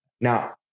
Now